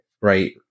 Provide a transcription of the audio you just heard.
right